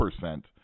percent